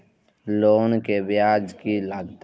Loan के ब्याज की लागते?